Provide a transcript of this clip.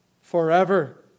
Forever